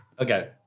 Okay